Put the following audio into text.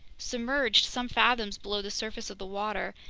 submerged some fathoms below the surface of the water,